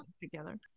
together